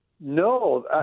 No